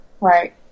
Right